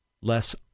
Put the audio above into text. less